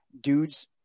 dudes